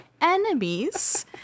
enemies